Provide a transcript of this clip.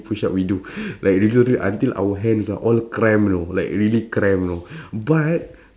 push up we do like literally until our hands are all cramp you know like really cramp you know but